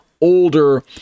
older